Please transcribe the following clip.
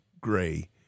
gray